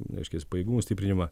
reiškias pajėgumų stiprinimą